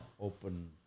open